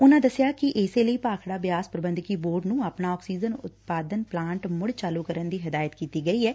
ਉਨਾਂ ਦਸਿਆ ਕਿ ਇਸੇ ਲਈ ਭਾਖਤਾ ਬਿਆਸ ਪੁਬੇਧਕੀ ਬੋਰਡ ਨੂੰ ਆਪਣਾ ਆਕਸੀਜਨ ਉਤਪਾਦਨ ਪਲਾਟ ਮੁਤ ਚਾਲੁ ਕਰਨ ਦੀ ਹਦਾਇਤ ਕੀਤੀ ਗਈ ਐ